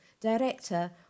director